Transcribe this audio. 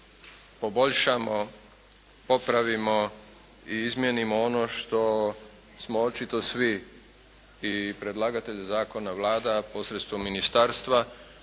poboljšamo, popravimo i izmijenimo ono što smo očito svi i predlagatelj zakona, Vlada posredstvom Ministarstva,